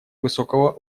высокого